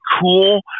cool